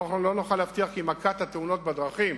לא נוכל להבטיח כי מכת התאונות בדרכים